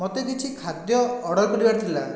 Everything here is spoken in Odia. ମୋତେ କିଛି ଖାଦ୍ୟ ଅର୍ଡ଼ର କରିବାର ଥିଲା